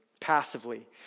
passively